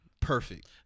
Perfect